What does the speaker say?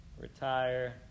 retire